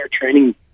training